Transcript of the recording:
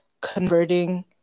converting